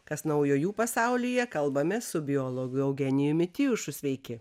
kas naujo jų pasaulyje kalbame su biologu eugenijumi tijušu sveiki